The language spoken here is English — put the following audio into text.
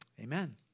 Amen